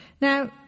Now